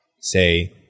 Say